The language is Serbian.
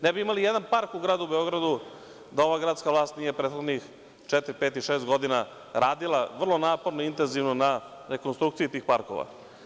Ne bi imali jedan park u gradu Beogradu da ova gradska vlast nije prethodnih četiri, pet i šest godina radila vrlo naporno i intenzivno na rekonstrukciji tih parkova.